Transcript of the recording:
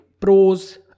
pros